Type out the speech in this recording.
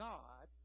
God